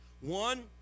One